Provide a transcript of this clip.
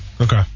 Okay